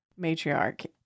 matriarch